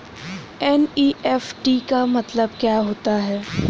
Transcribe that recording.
NEFT का मतलब क्या होता है?